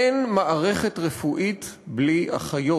אין מערכת רפואית בלי אחיות.